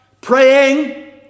praying